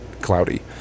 cloudy